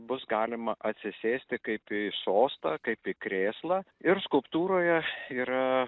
bus galima atsisėsti kaip į sostą kaip į krėslą ir skulptūroje yra